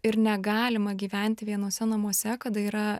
ir negalima gyventi vienuose namuose kada yra